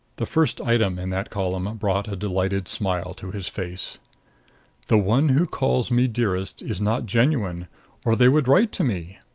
the first item in that column brought a delighted smile to his face the one who calls me dearest is not genuine or they would write to me.